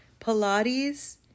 Pilates